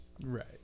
Right